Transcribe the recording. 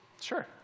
sure